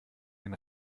den